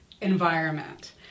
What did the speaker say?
environment